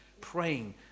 praying